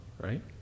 right